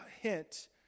hint